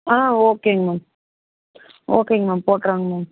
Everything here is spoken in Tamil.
ஆ ஓகேங்க மேம் ஓகேங்க மேம் போட்ருவோங்க மேம்